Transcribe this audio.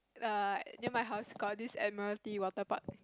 ya near my house got this Admiralty Water Park